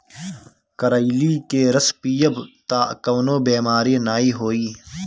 करइली के रस पीयब तअ कवनो बेमारी नाइ होई